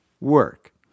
work